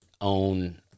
own